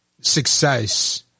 success